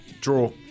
Draw